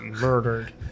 murdered